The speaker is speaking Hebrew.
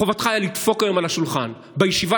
חובתך הייתה לדפוק היום על השולחן בישיבה